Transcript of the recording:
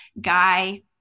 Guy